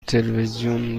تلویزیون